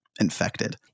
infected